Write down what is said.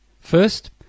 First